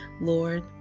Lord